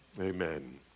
Amen